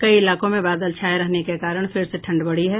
कई इलाकों में बादल छाये रहने के कारण फिर से ठंड बढ़ी है